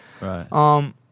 Right